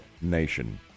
nation